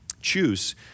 Choose